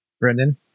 Brendan